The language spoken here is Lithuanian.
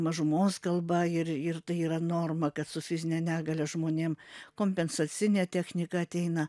mažumos kalba ir ir tai yra norma kad su fizine negalia žmonėm kompensacinė technika ateina